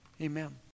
amen